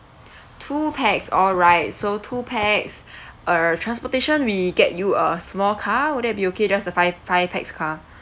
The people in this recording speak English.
two pax all right so two pax uh transportation we get you a small car would it be okay just the five five pax car